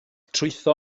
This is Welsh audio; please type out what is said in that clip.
trwytho